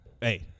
hey